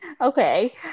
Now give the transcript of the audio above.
okay